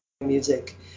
music